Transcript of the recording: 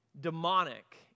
demonic